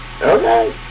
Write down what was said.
Okay